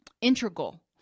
integral